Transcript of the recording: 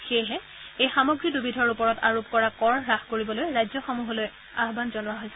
সেয়েহে এই সামগ্ৰী দুবিধৰ ওপৰত আৰোপ কৰা কৰ হ্ৰাস কৰিবলৈ ৰাজ্যসমূহলৈ আয়ন জনোৱা হৈছে